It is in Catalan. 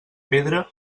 pedra